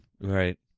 right